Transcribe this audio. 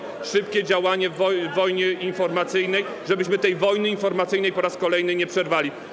Trzeba podjąć szybkie działania w wojnie informacyjnej, żebyśmy tej wojny informacyjnej po raz kolejny nie przerwali.